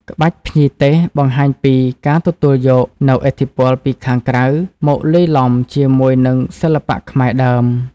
ក្បាច់ភ្ញីទេសបង្ហាញពី ការទទួលយកនូវឥទ្ធិពលពីខាងក្រៅ មកលាយឡំជាមួយនឹងសិល្បៈខ្មែរដើម។